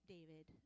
David